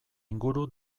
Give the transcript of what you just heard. inguru